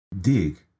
dig